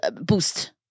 boost